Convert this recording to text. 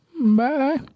Bye